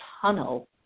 tunnel